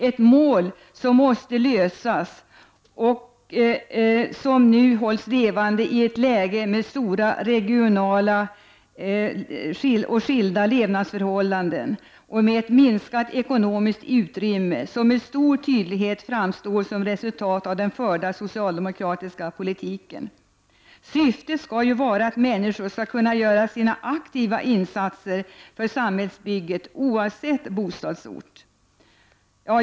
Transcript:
Ett mål som måste nås och som nu hålls levande i ett läge med stora regionala skillnader i levnadsförhållanden och med ett minskat ekonomiskt utrymme — vilket med stor tydlighet framstår som resultat av den förda socialdemokratiska politiken — är att människor skall kunna göra sina aktiva insatser för samhällsbygget oavsett bostadsort.